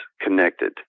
connected